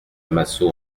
massot